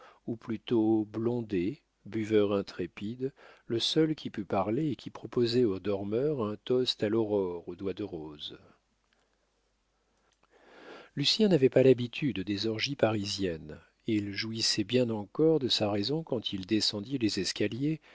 ou plutôt blondet buveur intrépide le seul qui pût parler et qui proposait aux dormeurs un toast à l'aurore aux doigts de rose lucien n'avait pas l'habitude des orgies parisiennes il jouissait bien encore de sa raison quand il descendit les escaliers